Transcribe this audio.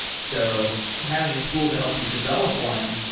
so having a tool to help you develop one,